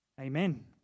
Amen